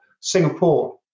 singapore